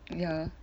ya